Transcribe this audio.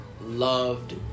loved